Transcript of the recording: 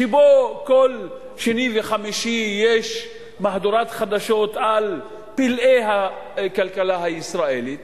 שבו כל שני וחמישי יש מהדורת חדשות על פלאי הכלכלה הישראלית,